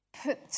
put